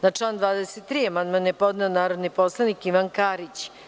Na član 23. amandman je podneo narodni poslanik Ivan Karić.